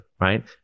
right